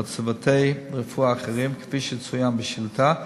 או צוותי רפואה אחרים, כפי שצוין בשאילתה.